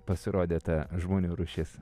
pasirodė ta žmonių rūšis